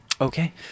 okay